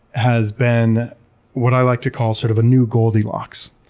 has been what i like to call sort of a new goldilocks.